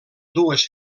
dues